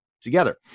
together